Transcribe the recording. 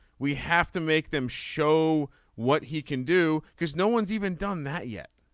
we have to make them show what he can do because no one's even done that yet.